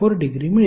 34° मिळेल